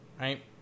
right